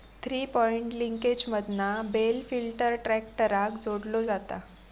three point लिंकेजमधना bale lifter ट्रॅक्टराक जोडलो जाता